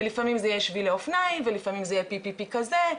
ולפעמים זה יהיה שבילי אופניים ולפעמים זה יהיה PPP כזה,